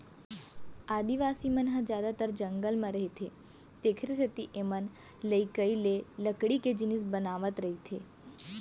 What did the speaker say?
आदिवासी मन ह जादातर जंगल म रहिथे तेखरे सेती एमनलइकई ले लकड़ी के जिनिस बनावत रइथें